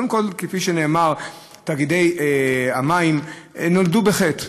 קודם כול, כפי שנאמר, תאגידי המים נולדו בחטא.